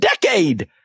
decade